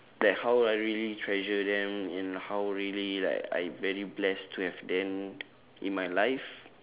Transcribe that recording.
that how I really treasure them and how really like I very blessed to have them in my life